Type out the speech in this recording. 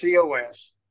COS